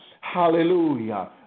Hallelujah